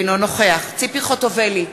אינו נוכח ציפי חוטובלי,